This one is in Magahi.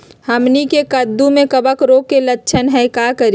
हमनी के कददु में कवक रोग के लक्षण हई का करी?